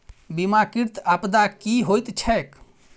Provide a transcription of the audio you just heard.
बीमाकृत आपदा की होइत छैक?